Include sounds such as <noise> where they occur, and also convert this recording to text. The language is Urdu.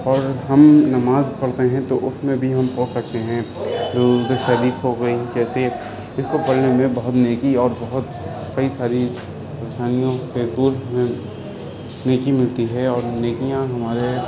اور ہم نماز پڑھتے ہیں تو اس میں بھی ہم وہ پڑھتے ہیں جیسے <unintelligible> ہو گئیں جیسے اس کو پڑھنے میں بہت نیکی اوربہت کئی ساری پریشانیوں سے دور ہیں نیکی ملتی ہے اور نیکیاں ہمارے